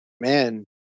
man